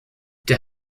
der